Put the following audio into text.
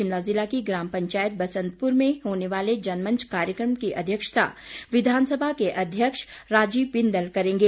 शिमला जिला की ग्राम पंचायत बसंतपुर में होने वाले जनमंच कार्यक्रम की अध्यक्षता विधानसभा के अध्यक्ष राजीव बिंदल करेंगे